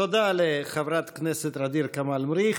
תודה לחברת הכנסת ע'דיר כמאל מריח.